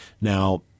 Now